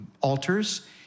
altars